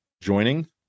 joining